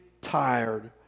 tired